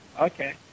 okay